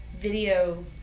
video